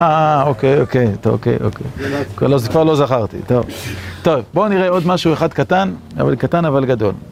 אה, אוקיי, אוקיי, אתה אוקיי, אוקיי. כבר לא זכרתי, טוב. טוב, בוא נראה עוד משהו אחד קטן, אבל קטן אבל גדול.